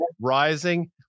rising